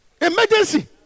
Emergency